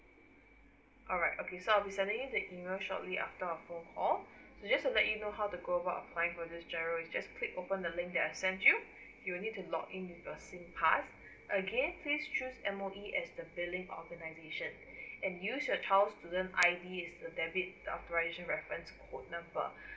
alright okay so I'll be sending in the email shortly after our phone call so just to let you know how to go about apply for this GIRO you just click open the link that I sent you will need to login with your singpass again please choose M_O_E as the billing organisation and use your child student I_D as a debit authorization reference code number